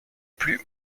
plus